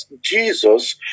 Jesus